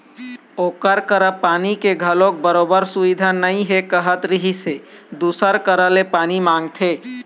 ओखर करा पानी के घलोक बरोबर सुबिधा नइ हे कहत रिहिस हे दूसर करा ले पानी मांगथे